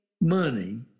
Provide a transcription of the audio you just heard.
money